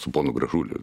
su ponu gražuliu